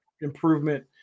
improvement